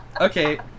Okay